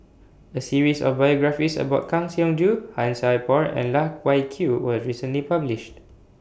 A series of biographies about Kang Siong Joo Han Sai Por and Loh Wai Kiew was recently published